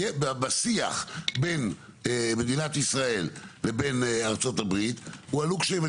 בשיח בין מדינת ישראל לבין ארצות הברית הועלו קשיים.